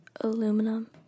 aluminum